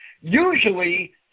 usually